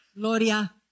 Gloria